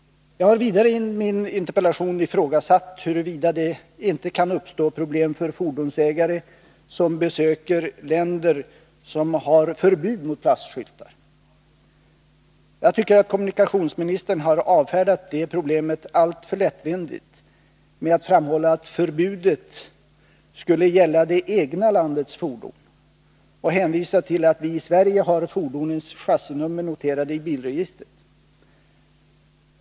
Jag har vidare i min interpellation ifrågasatt huruvida det inte kan uppstå problem för fordonsägare som besöker länder som har förbud mot plastskyltar. Jag tycker att kommunikationsministern har avfärdat det problemet alltför lättvindigt, med att framhålla att förbudet skulle gälla det egna landets fordon och hänvisa till att vi i Sverige har fordonens chassinummer noterade i bilregistret.